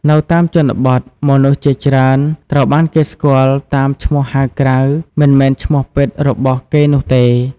នៅតាមជនបទ មនុស្សជាច្រើនត្រូវបានគេស្គាល់តាមឈ្មោះហៅក្រៅ មិនមែនឈ្មោះពិតរបស់គេនោះទេ។